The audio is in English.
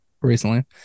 recently